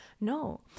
no